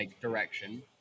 direction